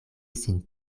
sin